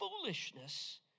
foolishness